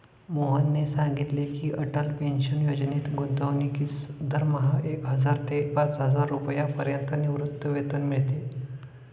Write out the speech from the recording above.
मोहनने सांगितले की, अटल पेन्शन योजनेत गुंतवणूकीस दरमहा एक हजार ते पाचहजार रुपयांपर्यंत निवृत्तीवेतन मिळते